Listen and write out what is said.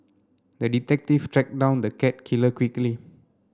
the detective tracked down the cat killer quickly